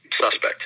suspect